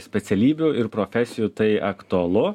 specialybių ir profesijų tai aktualu